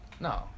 No